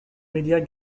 médias